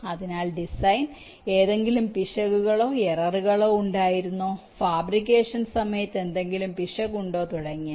അതിനാൽ ഡിസൈനിൽ എന്തെങ്കിലും പിശകുകളോ ഏററുകളോ ഉണ്ടായിരുന്നോ ഫാബ്രിക്കേഷൻ സമയത്ത് എന്തെങ്കിലും പിശക് ഉണ്ടോ തുടങ്ങിയവ